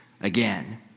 again